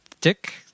dick